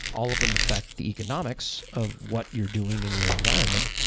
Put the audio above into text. all of them affect the economics of what you're doing in your environment.